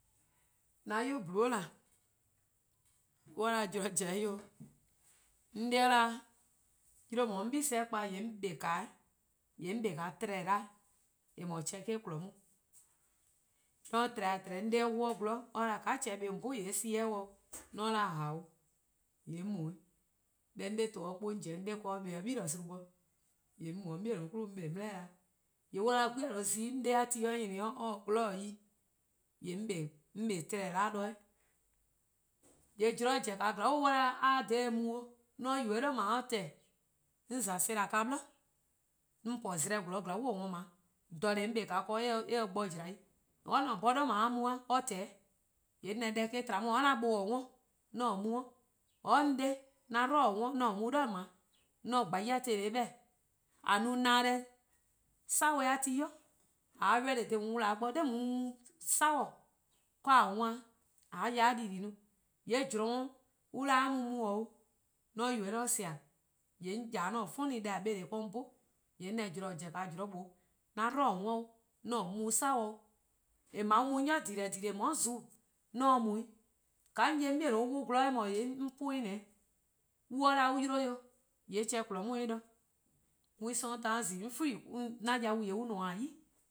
'An 'yu-yu: :ti :mor on 'da zorn zen 'o :mor 'on 'de 'da 'yle :on 'ye 'do 'on 'gle kp, :yee' 'on 'kpa 'o 'weh, :yee 'on kpa 'o :tleh 'da 'weh :eh :mor 'cheh kpon 'on. :mor 'on :tleh-a :tleheheh: :mor 'on 'de 'wluh 'o :gwlor, or 'da :ka 'cheh-a kpa 'o :on 'bhun :yee :sie 'o, :mor ;on 'da :ao', :yee' 'on mu. Deh 'on 'de :to-a 'kpuh 'on pobo-a 'on 'de ken-dih or kpa-' 'de gle :gwie: 'i, :yee' 'on mu 'de 'on 'bei' 'nyene bo 'on kpa 'o dele: 'da 'weh, :yee' :mor on 'da 'gwie: yluh bo-a zi-' :mor 'on 'de ti nyni 'o or :taa :gwlor yi, :yee' 'on 'kpa 'o :tleh 'da 'weh 'neh. :yee' :mor zorn zen zorn bo :mor on 'da a 'ye :daa :dha :daa mu 'o, :mor 'on yubo-eh 'de :tehn :yee' 'on :za sedaka 'blo, 'on :za zleh ya zorn bo :da 'o, jeh-a 'on kpa-a ken or se-' :jla 'i, because 'on se 'be nae'-a mu-a 'bhorn 'de :tehn, :yee' or 'da deh tba 'o or 'an buh-a 'worn 'on :se 'de mu 'i or 'on 'de 'an 'dlu-a 'worn 'on se 'de nae' mu 'i 'on se 'gbeh-a tele-eh 'beh-dih:. :a no :na-deh, 'sabo-a ti :mor :a ready dha wlaa bo 'de nae' 'de 'sawor: 'de :a 'wan-dih :a ya 'de di-deh+ 'i. :yee' zorn on 'da a mu mu 'o, :mor 'on yubo-eh 'on sea' :yee' 'on :ya 'de funny deh neh 'do 'on 'bhun, :yee' 'on 'da zorn :daa :or zen-a zean' :mlor 'an 'dlu-a 'worn 'o 'on :se :sawor mu 'i 'o, :yee' :yeh :dao' :mlor a mu 'i :dhele: :dheleee: ;on 'da :ka :zuu:, 'on :se-' mu 'i, :ka 'on 'ye 'on 'bei' or 'wluh-a :gwlor :yee' 'on 'puh-uh :neh 'o, :mor on 'da an 'yii: 'de 'o :yee' 'cheh 'kpon on 'weh :neheh', 'weh 'sororn taan zi :yee',: yee' 'an yau :nmor-' 'yi. 'ye 'or